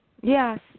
Yes